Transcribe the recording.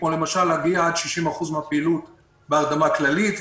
כמו למשל להגיע עד 60% מהפעילות בהרדמה כללית,